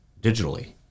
digitally